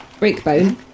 Breakbone